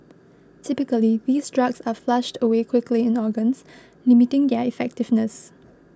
typically these drugs are flushed away quickly in organs limiting their effectiveness